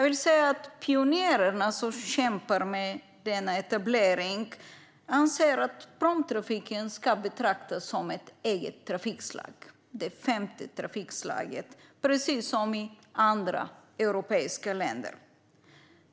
De pionjärer som kämpar med denna etablering anser att pråmtrafiken ska betraktas som ett eget trafikslag, det femte trafikslaget, precis som i andra europeiska länder.